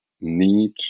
need